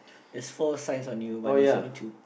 there's four signs on you but there's only two